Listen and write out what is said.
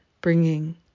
bringing